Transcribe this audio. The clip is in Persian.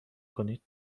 کنید